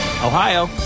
Ohio